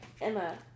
Emma